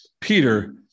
Peter